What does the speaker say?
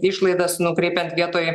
išlaidas nukreipiant vietoj